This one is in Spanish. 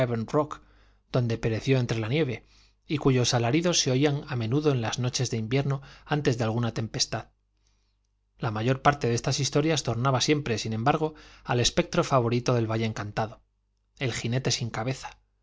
rock donde pereció entre la nieve y cuyos alaridos se oían a menudo en las noches de invierno antes de alguna tempestad la mayor parte de estas historias tornaba siempre sin embargo al espectro favorito del valle encantado el jinete sin cabeza